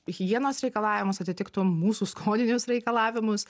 higienos reikalavimus atitiktų mūsų skoninius reikalavimus